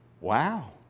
Wow